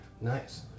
nice